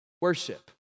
worship